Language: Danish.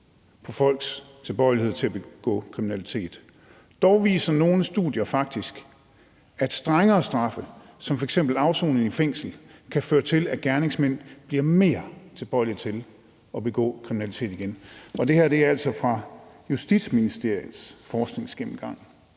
på folks tilbøjelighed til at begå kriminalitet. Faktisk viser nogle studier, at strengere straffe som f.eks. afsoning i fængsel kan føre til, at gerningsmænd bliver mere tilbøjelige til at begå kriminalitet igen. Og det her er altså fra Justitsministeriets gennemgang